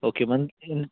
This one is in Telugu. okay monthly M